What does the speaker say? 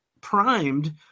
primed